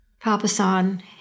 Papa-san